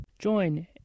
Join